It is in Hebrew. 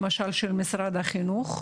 למשל של משרד החינוך,